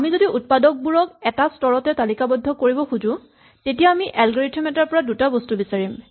আমি যদি উৎপাদকবোৰক এটা স্তৰতে তালিকাবদ্ধ কৰিব খোজো তেতিয়া আমি এলগৰিথম এটাৰ পৰা দুটা বস্তু বিচাৰিম